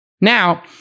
Now